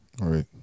right